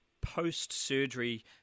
post-surgery